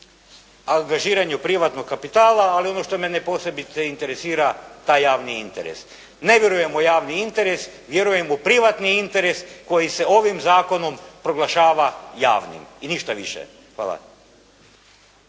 angažiranju privatnog kapitala, ali ono što mene posebice interesira taj javni interes. Ne vjerujem u javni interes, vjerujem u privatni interes koji se ovim zakonom proglašava javnim i ništa više. Hvala.